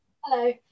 Hello